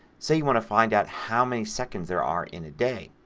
say you want to find out how many seconds there are in a day.